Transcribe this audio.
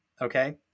okay